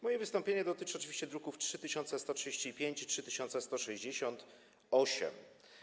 Moje wystąpienie dotyczy oczywiście druków nr 3135 i 3168.